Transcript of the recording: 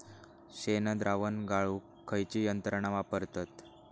शेणद्रावण गाळूक खयची यंत्रणा वापरतत?